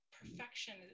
perfection